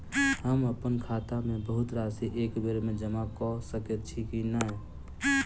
हम अप्पन खाता मे बहुत राशि एकबेर मे जमा कऽ सकैत छी की नै?